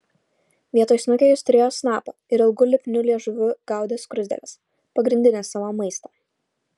vietoj snukio jis turėjo snapą ir ilgu lipniu liežuviu gaudė skruzdėles pagrindinį savo maistą